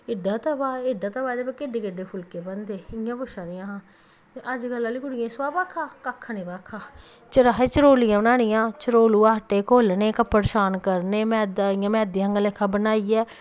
एड्डा तवा एड्डा तवा एह्दे पर केड्डे केड्डे फुल्के बनदे इ'यां पुच्छा दियां हां ते अज्जै कल्लै आह्ले सुहा भाक्खा कक्ख निं भाक्खा फिर असें तरोलियां बनानियां चरूलू आटे घोलने कपड़सार करने इ'यां मैद्दा लेक्खा बनाइयै